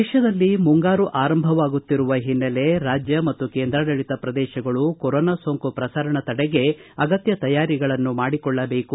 ದೇಶದಲ್ಲಿ ಮುಂಗಾರು ಆರಂಭವಾಗುತ್ತಿರುವ ಹಿನ್ನೆಲೆ ರಾಜ್ಯ ಮತ್ತು ಕೇಂದ್ರಾಡಳಿತ ಪ್ರದೇಶಗಳು ಕೊರೊನಾ ಸೋಂಕು ಪ್ರಸರಣ ತಡೆಗೆ ಅಗತ್ಯ ತಯಾರಿಗಳನ್ನು ಮಾಡಿಕೊಳ್ಳಬೇಕು